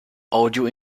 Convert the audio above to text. audio